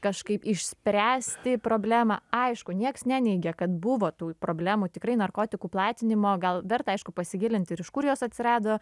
kažkaip išspręsti problemą aišku nieks neneigia kad buvo tų problemų tikrai narkotikų platinimo gal verta aišku pasigilint ir iš kur jos atsirado